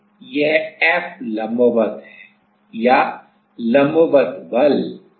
अब कुल capacitance C Cs तथा C डिवाइस के योग के बराबर है जहां स्ट्रे कैपेसिटेंस डिवाइस कैपेसिटेंस के अनुसार है